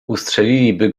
ustrzeliliby